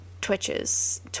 twitches